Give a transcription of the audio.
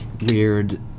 weird